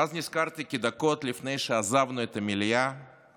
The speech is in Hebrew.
ואז נזכרתי כי דקות לפני שעזבנו את המליאה